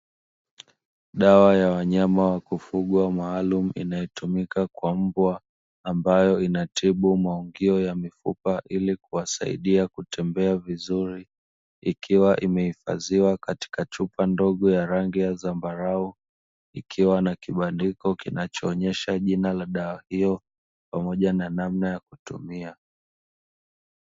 Dawa ya wanyama wa kufugwa maalumu inayotumika kwa mbwa, ambayo inatibu maungio ya mifupa ili kuwasaidia kutembea vizuri ikiwa imehifadhiwa katika chupa ndogo ya rangi ya zambarau, ikiwa na kibandiko kinachoonyesha jina la dawa hiyo pamoja na namna ya kutumia.